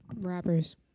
rappers